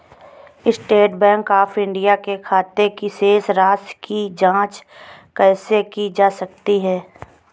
State Bank of India के खाते की शेष राशि की जॉंच कैसे की जा सकती है?